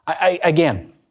Again